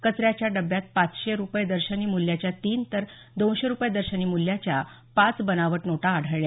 कचऱ्याच्या डब्यात पाचशे रुपये दर्शनी मूल्याच्या तीन तर दोनशे रुपये दर्शनी मूल्याच्या पाच बनावट नोटा आढळल्या